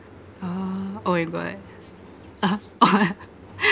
oh oh my god (uh huh)